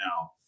Now